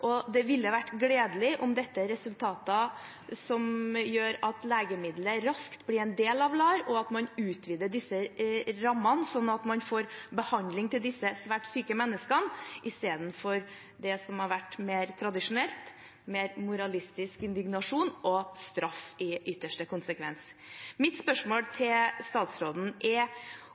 Det ville vært gledelig om det er resultater som gjør at legemiddelet raskt blir en del av LAR, og om man utvidet disse rammene, slik at man får behandling for disse svært syke menneskene i stedet for det som har vært mer tradisjonelt – moralistisk indignasjon og straff i ytterste konsekvens.